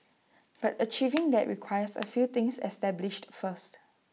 but achieving that requires A few things established first